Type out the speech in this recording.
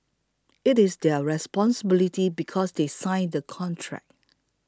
it is their responsibility because they sign the contract